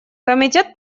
комитет